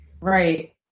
right